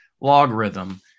logarithm